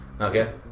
Okay